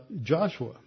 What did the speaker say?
Joshua